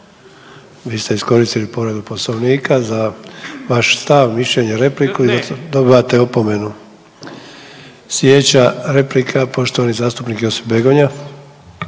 Vi ste iskoristili povredu Poslovnika za vaš stav, mišljenje, repliku …/Upadica: Ne razumije se./… dobivate opomenu. Slijedeća replika poštovani zastupnik Josip Begonja.